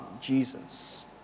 Jesus